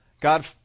God